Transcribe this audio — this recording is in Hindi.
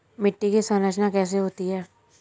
मिट्टी की संरचना कैसे होती है?